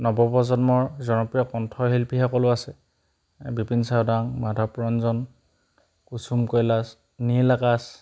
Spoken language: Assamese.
নৱপ্ৰজন্মৰ জনপ্ৰিয় কণ্ঠশিল্পীসকলো আছে এই বিপিন চাওডাঙ মাধৱ ৰঞ্জন কুসুম কৈলাশ নীল আকাশ